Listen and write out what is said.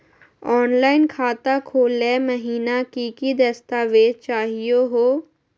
Online खाता खोलै महिना की की दस्तावेज चाहीयो हो?